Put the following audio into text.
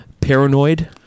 Paranoid